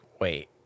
wait